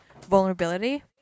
vulnerability